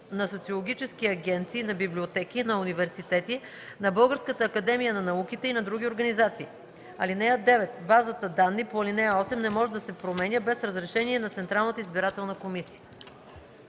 на социологически агенции, на библиотеки, на университети, на Българската академия на науките и на други организации. (9) Базата данни по ал. 8 не може да се променя без разрешение на Централната избирателна комисия.”